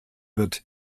wird